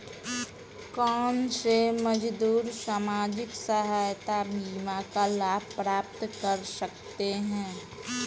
कौनसे मजदूर सामाजिक सहायता बीमा का लाभ प्राप्त कर सकते हैं?